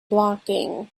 blocking